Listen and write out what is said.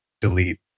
delete